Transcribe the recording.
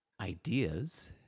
ideas